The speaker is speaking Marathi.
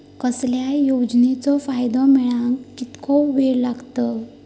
कसल्याय योजनेचो फायदो मेळाक कितको वेळ लागत?